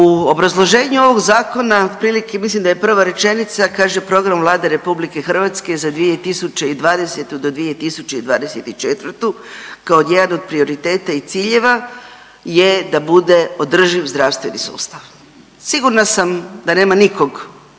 U obrazloženju ovog zakona otprilike mislim da je prva rečenica, kaže program Vlade Republike Hrvatske za 2020. do 2024. kao jedan od prioriteta i ciljeva je da bude održiv zdravstveni sustav. Sigurna sam da nema nikog